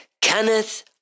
Kenneth